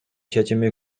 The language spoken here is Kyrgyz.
чечими